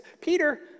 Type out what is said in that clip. Peter